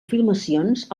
filmacions